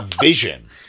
vision